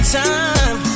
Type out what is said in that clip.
time